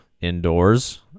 indoors